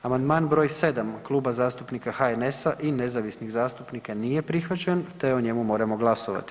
Amandman br. 7 Kluba zastupnika HNS-a i nezavisnih zastupnika nije prihvaćen te o njemu moramo glasovati.